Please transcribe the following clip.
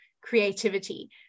creativity